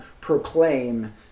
proclaim